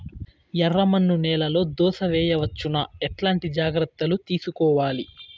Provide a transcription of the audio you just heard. ఎర్రమన్ను నేలలో దోస వేయవచ్చునా? ఎట్లాంటి జాగ్రత్త లు తీసుకోవాలి?